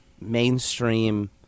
Mainstream